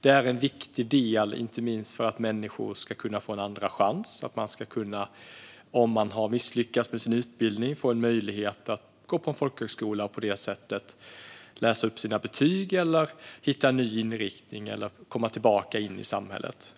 Det är en viktig del, inte minst för att människor ska kunna få en andra chans. Om man har misslyckats med sin utbildning ska man få en möjlighet att gå på en folkhögskola och på det sättet läsa upp sina betyg, hitta en ny inriktning eller att komma tillbaka in i samhället.